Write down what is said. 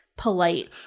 polite